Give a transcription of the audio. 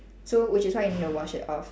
so which is why you need to wash it off